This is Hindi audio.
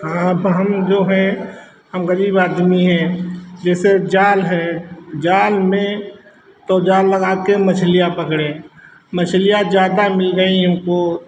अब हम जो है हम गरीब आदमी हैं जैसे जाल है जाल में तो जाल लगाकर मछलियाँ पकड़े मछलियाँ ज़्यादा मिल गईं हमको